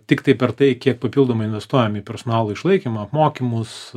tiktai per tai kiek papildomai investuojam į personalo išlaikymą apmokymus